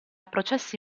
processi